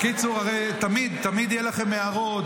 בקיצור, הרי תמיד, תמיד יהיו לכם הערות.